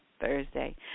thursday